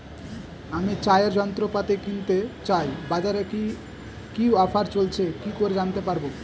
আমি চাষের যন্ত্রপাতি কিনতে চাই বাজারে কি কি অফার চলছে কি করে জানতে পারবো?